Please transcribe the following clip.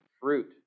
fruit